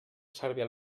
servir